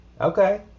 okay